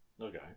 Okay